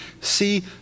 see